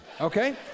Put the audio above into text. Okay